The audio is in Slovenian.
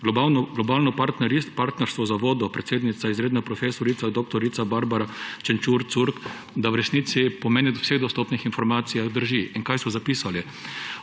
Globalno partnerstvo za vodo, predsednica izr. prof. dr. Barbara Čenčur Curk, da v resnici pomeni, kar po vseh dostopnih informacijah drži. In kaj so zapisali?